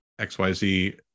xyz